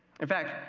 in fact,